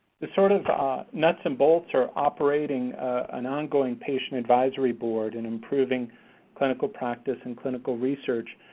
the sort of nuts and bolts are operating an ongoing patient advisory board, and improving clinical practice and clinical research,